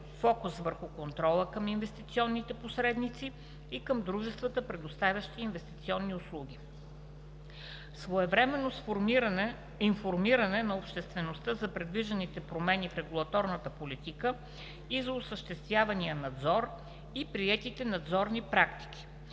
фокус върху контрола към инвестиционните посредници и към дружествата, предоставящи инвестиционни услуги. - Своевременно информиране на обществеността за предвижданите промени в регулаторната политика и за осъществявания надзор и приетите надзорни практики;